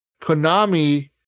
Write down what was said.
konami